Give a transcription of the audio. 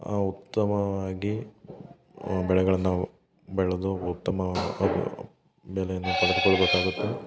ಆ ಉತ್ತಮವಾಗಿ ಬೆಳೆಗಳು ನಾವು ಬೆಳೆದು ಉತ್ತಮವಾದ ಬೆಳೆಯನ್ನ ಪಡೆದುಕೊಳ್ಬೇಕಾಗುತ್ತೆ